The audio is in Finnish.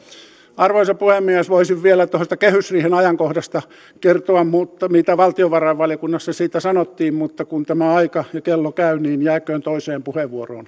arvoisa puhemies voisin vielä kehysriihen ajankohdasta kertoa mitä valtiovarainvaliokunnassa siitä sanottiin mutta kun tämä aika ja kello käy niin jääköön toiseen puheenvuoroon